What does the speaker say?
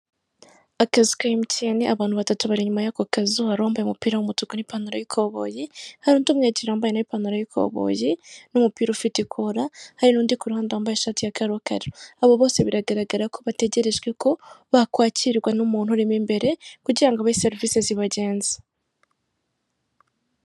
Akazu ka MTN. Abantu batatu bari inyuma y'ako kazu, hari uwambaye umupira w'umutuku n'ipantaro y'ikoboyi, hari undi umwegereye wambaye n'awe ipantaro y'ikoboyi n'umupira ufite ikora hari n'undi ku ruhande wambaye ishati ya karokaro, abo bose biragaragara ko bategerejwe ko bakwakirwa n'umuntu urema imbere kugira ngo abahe serivisi zibagenza.